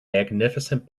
magnificent